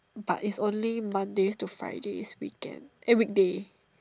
but is only Mondays to Fridays weekend eh weekday